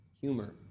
humor